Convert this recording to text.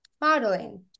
Modeling